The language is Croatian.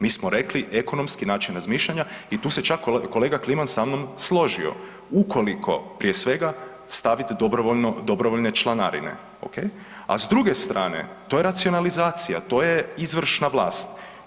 Mi smo rekli ekonomski način razmišljanja i tu se čak kolega Kliman sa mnom složio, ukoliko prije svega stavit dobrovoljno, dobrovoljne članarine, oke, a s druge strane to je racionalizacija, to je izvršna vlast.